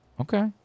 Okay